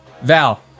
Val